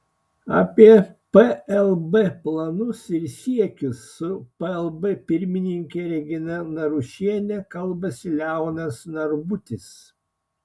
apie plb planus ir siekius su plb pirmininke regina narušiene kalbasi leonas narbutis